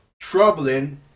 troubling